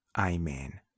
Amen